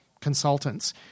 consultants